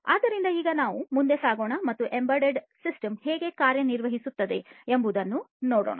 ಆದ್ದರಿಂದ ಈಗ ನಾವು ಮುಂದೆ ಸಾಗೋಣ ಮತ್ತು ಎಂಬೆಡೆಡ್ ಸಿಸ್ಟಮ್ ಹೇಗೆ ಕಾರ್ಯನಿರ್ವಹಿಸುತ್ತದೆ ಎಂಬುದನ್ನು ನೋಡೋಣ